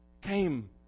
came